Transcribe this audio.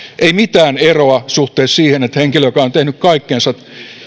ei mitään eroa suhteessa siihen että henkilöltä joka on tehnyt kaikkensa